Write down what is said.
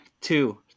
two